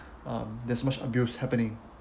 um there's much abuse happening